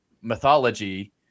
mythology